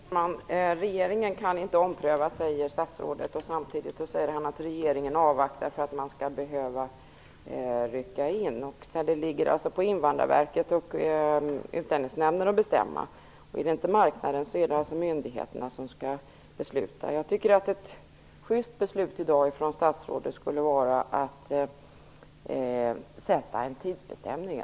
Fru talman! Regeringen kan inte ompröva, säger statsrådet. Samtidigt säger han att regeringen avvaktar och ser om man skall behöva rycka in och att det ligger på Invandrarverket och Utlänningsnämnden att bestämma. Är det inte marknaden så är det myndigheterna som skall besluta. Jag tycker att ett schyst beslut i dag från statsrådet skulle vara ett beslut om att man gör en tidsbestämning.